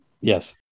Yes